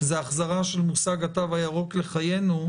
זה החזרה של מושג התו הירוק לחיינו,